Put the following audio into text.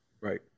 right